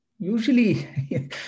Usually